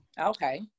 Okay